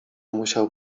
musiał